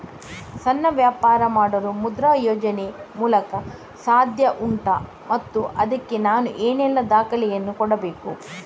ಸಣ್ಣ ವ್ಯಾಪಾರ ಮಾಡಲು ಮುದ್ರಾ ಯೋಜನೆ ಮೂಲಕ ಸಾಧ್ಯ ಉಂಟಾ ಮತ್ತು ಅದಕ್ಕೆ ನಾನು ಏನೆಲ್ಲ ದಾಖಲೆ ಯನ್ನು ಕೊಡಬೇಕು?